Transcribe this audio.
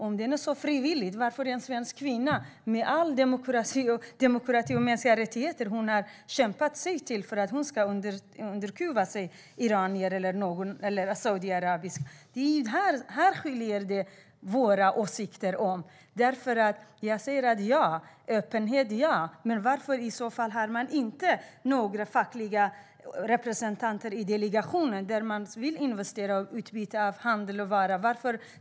Om det är frivilligt, varför ska en svensk kvinna som har kämpat sig till demokrati och mänskliga rättigheter låta sig underkuvas av Iran eller Saudiarabien? Här skiljer sig våra åsikter åt. Jag säger ja till öppenhet, men varför finns det inga fackliga representanter i delegationen för utbyte av handel och varor?